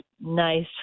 nice